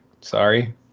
Sorry